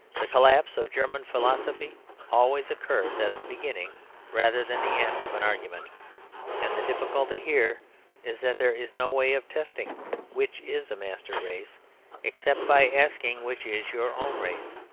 the collapse of german philosophy always occurs at the beginning rather than the end of an argument and the difficulty here is that there is no way of testing which is a master-race except by asking which is your own race.